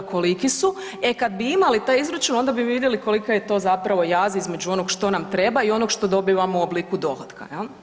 E kada bi imali taj izračun onda bi vidjeli kolika je to zapravo jaz između onog što nam treba i onog što dobivamo u obliku dohotka.